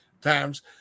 times